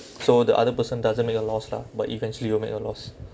so the other person doesn't make a loss lah but eventually you make a loss